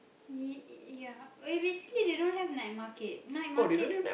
ya ya eh basically they don't have night market night market